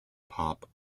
pop